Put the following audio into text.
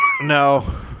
No